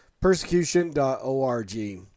persecution.org